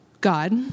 God